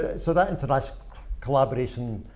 yeah so that interact collaboration